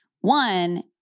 one